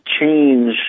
change